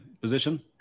position